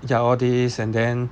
ya all this and then